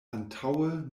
antaŭe